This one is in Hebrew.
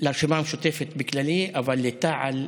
לרשימה המשותפת באופן כללי אבל לתע"ל,